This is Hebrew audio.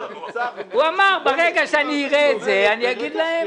הוא אמר: ברגע שאני אראה את זה אני אגיד להם.